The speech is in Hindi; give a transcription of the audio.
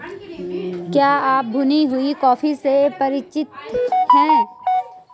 क्या आप भुनी हुई कॉफी से परिचित हैं?